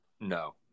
No